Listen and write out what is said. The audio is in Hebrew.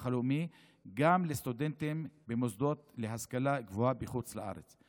הלאומי גם לסטודנטים במוסדות להשכלה גבוהה בחוץ לארץ.